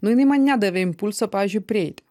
nu jinai man nedavė impulso pavyzdžiui prieiti